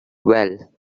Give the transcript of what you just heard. well